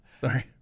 Sorry